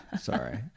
Sorry